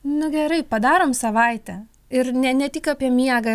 nu gerai padarom savaitę ir ne ne tik apie miegą